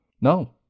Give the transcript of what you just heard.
No